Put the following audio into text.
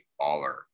baller